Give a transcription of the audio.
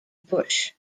bush